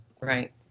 Right